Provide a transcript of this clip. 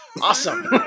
awesome